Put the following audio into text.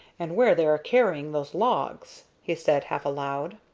and where they are carrying those logs, he said, half aloud.